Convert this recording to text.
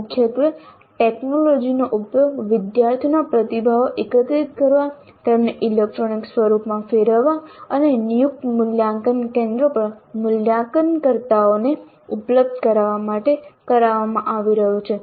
મુખ્યત્વે ટેકનોલોજીનો ઉપયોગ વિદ્યાર્થીઓના પ્રતિભાવો એકત્ર કરવા તેમને ઇલેક્ટ્રોનિક સ્વરૂપમાં ફેરવવા અને નિયુક્ત મૂલ્યાંકન કેન્દ્રો પર મૂલ્યાંકનકર્તાઓને ઉપલબ્ધ કરાવવા માટે કરવામાં આવી રહ્યો છે